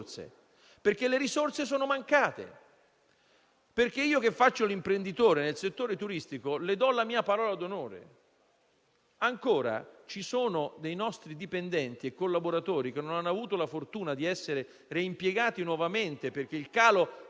perché le risorse sono mancate. Io, che faccio l'imprenditore nel settore turistico, le do la mia parola d'onore: ci sono nostri dipendenti e collaboratori che non hanno avuto la fortuna di essere reimpiegati (perché il calo